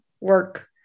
work